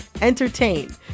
entertain